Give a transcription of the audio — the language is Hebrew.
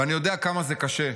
אני יודע כמה זה קשה.